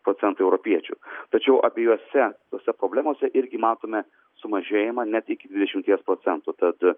procentų europiečių tačiau abiejose tose problemose irgi matome sumažėjimą net iki dvidešimties procentų tad